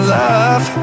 love